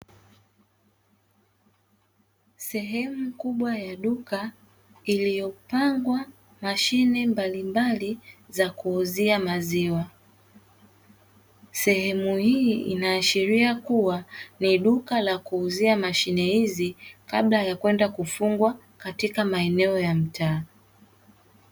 Sehemu kubwa ya duka iliyopangwa mashine mbalimbali za kuuzia maziwa. Sehemu hii inaashiria kuwa ni duka la kuuzia mashine hizi kabla ya kwenda kufungwa katika maeneo ya mtaa.